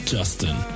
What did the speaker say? Justin